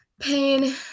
Pain